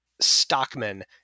Stockman